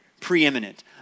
preeminent